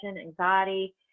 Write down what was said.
anxiety